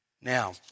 Now